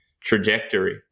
trajectory